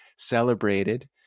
celebrated